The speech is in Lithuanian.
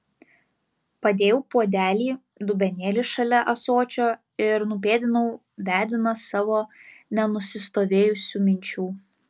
padėjau puodelį dubenėlį šalia ąsočio ir nupėdinau vedinas savo nenusistovėjusių minčių